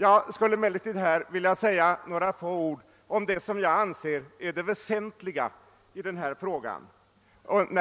Jag skulle emellertid vilja säga några få ord om det jag anser vara det väsentliga när